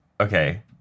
Okay